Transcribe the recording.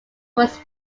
was